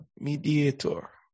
mediator